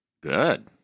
good